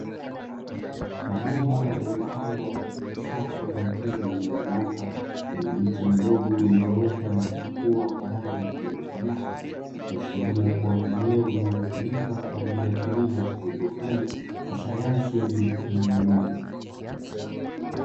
Mabomba yaliyopangwa katika safu na mtindo ulionyooka yenye miche midogo iliyoota na kuchipua kwa rangi ya kijani kibichi, ikiashiria kuwa ni eneo linalotumika katika kilimo cha haidroponi cha sayansi ya bila kutumia udongo.